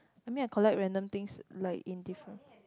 I mean I collect random things like in different